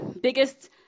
biggest